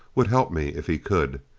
would help me if he could.